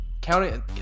counting